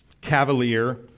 cavalier